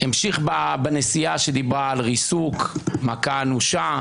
המשיך בנשיאה, שדיברה על ריסוק, מכה אנושה,